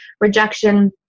rejection